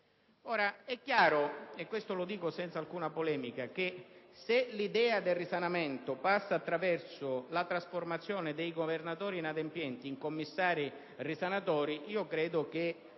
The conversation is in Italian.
È chiaro - lo dico senza alcuna polemica - che, se l'idea del risanamento passa attraverso la trasformazione dei governatori inadempienti in commissari risanatori, non si